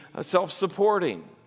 self-supporting